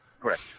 Correct